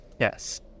Yes